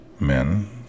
Men